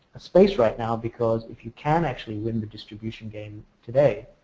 space right now because if you can actually win and distribution game today.